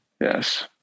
Yes